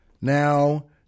Now